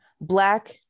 black